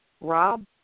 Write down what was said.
Rob